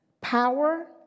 power